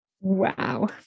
Wow